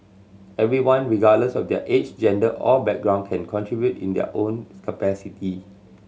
everyone regardless of their age gender or background can contribute in their own capacity